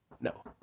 no